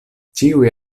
ĉiuj